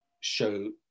show